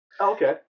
okay